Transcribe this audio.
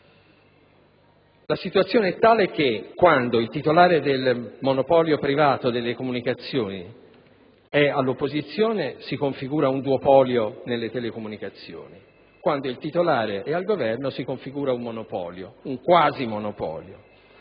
La situazione è tale per cui, quando il titolare del monopolio privato delle comunicazioni è all'opposizione, si configura un duopolio nelle telecomunicazioni; quando, invece, il titolare è al Governo si configura un monopolio o un quasi monopolio,